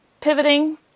pivoting